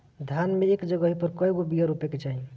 धान मे एक जगही पर कएगो बिया रोपे के चाही?